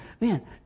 Man